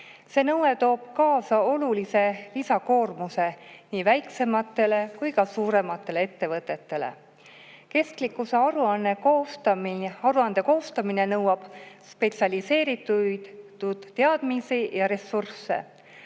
See nõue toob kaasa olulise lisakoormuse nii väiksematele kui ka suurematele ettevõtetele. Kestlikkusaruande koostamine nõuab spetsialiseeritud teadmisi ja ressursse.